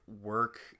work